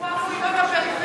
הוא אמור לדאוג לפריפריה.